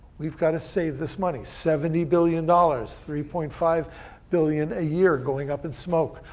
we've gotta save this money, seventy billion dollars, three point five billion a year going up in smoke.